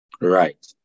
Right